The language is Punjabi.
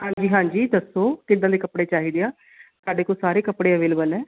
ਹਾਂਜੀ ਹਾਂਜੀ ਦੱਸੋ ਕਿੱਦਾਂ ਦੇ ਕੱਪੜੇ ਚਾਹੀਦੇ ਆ ਸਾਡੇ ਕੋਲ ਸਾਰੇ ਕੱਪੜੇ ਅਵੇਲੇਬਲ ਹੈ